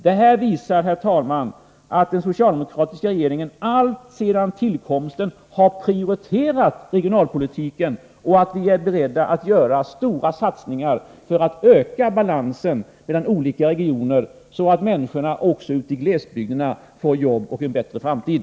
Det här visar, herr talman, att den socialdemokratiska regeringen alltsedan sin tillkomst prioriterat regionalpolitiken och att vi i regeringen är beredda att göra stora satsningar för att få en bättre balans mellan olika regioner, så att även människorna ute i glesbygderna får jobb och en bättre framtid.